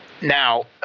Now